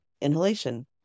inhalation